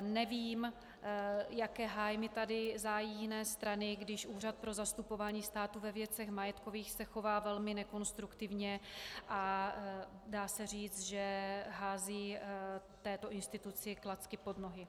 Nevím, jaké zájmy tady hájí jiné strany, když Úřad pro zastupování státu ve věcech majetkových se chová velmi nekonstruktivně a dá se říct, že hází této instituci klacky pod nohy.